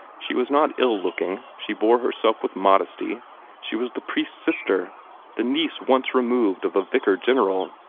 she was not ill-looking she bore herself with modesty she was the priest's sister the niece once removed of a vicar-general.